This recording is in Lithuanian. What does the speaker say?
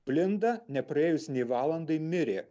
blinda nepraėjus nė valandai mirė